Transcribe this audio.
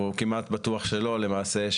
או כמעט בטוח שלא למעשה,